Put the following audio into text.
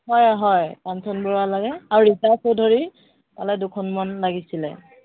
হয় হয় কাঞ্চন বৰুৱা লাগে আৰু ৰীতা চৌধুৰী পালে দুখনমান লাগিছিলে